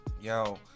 Yo